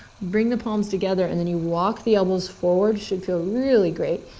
bring the palms together and then you walk the elbows forward, should feel really great.